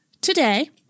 Today